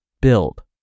build